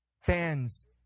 Fans